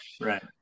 Right